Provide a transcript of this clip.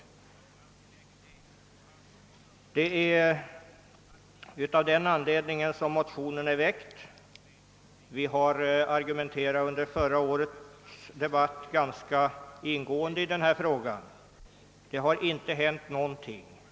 Det är av den anledningen som motionen har väckts. Vi motionärer argumenterade under förra årets debatt ganska ingående för vår ståndpunkt, och det har inte hänt någonting sedan dess.